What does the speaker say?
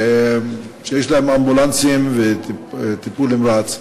שיש להן אמבולנסים לטיפול נמרץ,